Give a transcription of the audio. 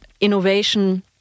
innovation